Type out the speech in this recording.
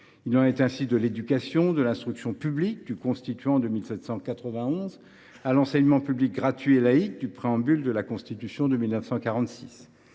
Il en est ainsi de l’éducation : de « l’instruction publique » du constituant de 1791 à « l’enseignement public gratuit et laïc » du préambule de la Constitution de 1946.